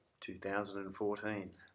2014